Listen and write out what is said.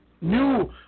new